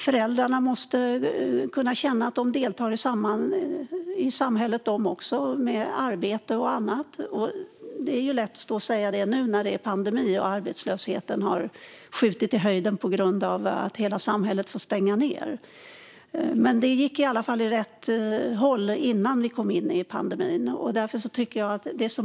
Föräldrarna måste kunna känna att de också deltar i samhället med arbete och annat. Nu under pandemin har arbetslösheten skjutit i höjden på grund av att hela samhället har fått stänga ned, men det gick i alla fall åt rätt håll innan vi kom in i pandemin.